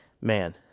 man